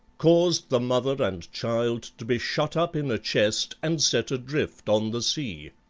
caused the mother and child to be shut up in a chest and set adrift on the sea.